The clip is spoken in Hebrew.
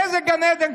איזה גן עדן?